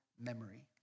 memory